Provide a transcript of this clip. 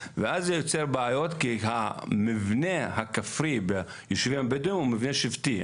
ואז זה יוצר בעיות כי המבנה הכפרי ביישובים הבדואים הוא מבנה שבטי.